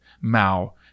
Mao